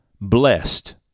blessed